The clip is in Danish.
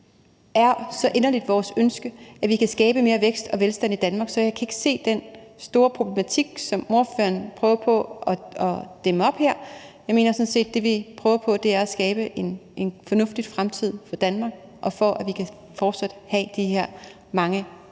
er så inderligt vores ønske, at vi kan skabe mere vækst og velstand i Danmark, så jeg kan ikke se den store problematik, som ordføreren prøver på at tegne her. Jeg mener sådan set, at det, vi prøver på, er at skabe en fornuftig fremtid for Danmark og en mulighed for, at vi fortsat kan have de her mange